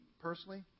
personally